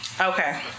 Okay